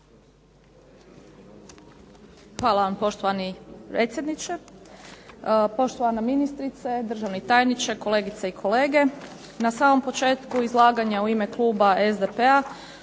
Hvala vam poštovani predsjedniče. Poštovana ministrice, državni tajniče, kolegice i kolege, na samom početku izlaganja u ime kluba SDP-a